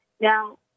Now